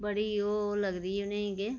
बड़ी ओह् लगदी उ'नें गी